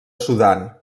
sudan